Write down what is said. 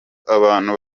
abantu